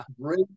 great